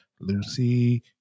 Lucy